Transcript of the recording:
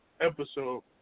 episode